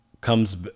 comes